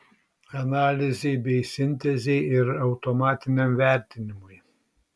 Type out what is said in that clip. analizei bei sintezei ir automatiniam vertimui